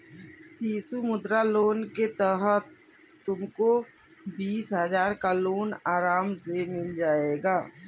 शिशु मुद्रा लोन के तहत तुमको बीस हजार का लोन आराम से मिल जाएगा